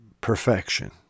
perfection